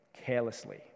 carelessly